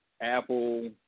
Apple